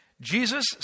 Jesus